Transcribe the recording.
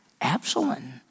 Absalom